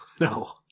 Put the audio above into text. No